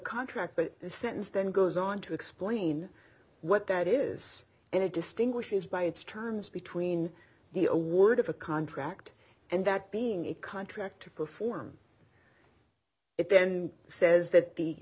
contract the sentence then goes on to explain what that is and it distinguishes by its terms between the award of a contract and that being a contract to perform it then says that